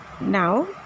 Now